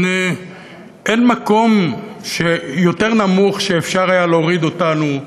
אין מקום יותר נמוך שאפשר היה להוריד אותנו.